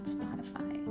Spotify